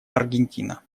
аргентина